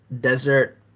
desert